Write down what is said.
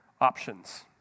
options